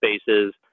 spaces